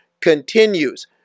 continues